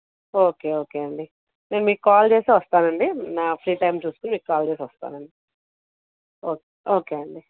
okay okay అండి నేను మీకు కాల్ చేసి వస్తానండీ నా ఫ్రీ టైం చూసుకుని మీకు కాల్ చేసి వస్తానండీ ఓక్ ఓకే అండి